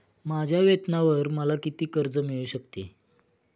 माझ्या वेतनावर मला किती कर्ज मिळू शकते?